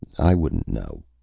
i wouldn't know,